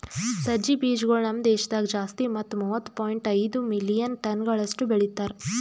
ಸಜ್ಜಿ ಬೀಜಗೊಳ್ ನಮ್ ದೇಶದಾಗ್ ಜಾಸ್ತಿ ಮತ್ತ ಮೂವತ್ತು ಪಾಯಿಂಟ್ ಐದು ಮಿಲಿಯನ್ ಟನಗೊಳಷ್ಟು ಬೆಳಿತಾರ್